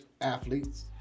athletes